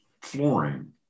flooring